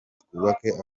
twubake